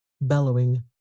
bellowing